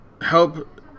help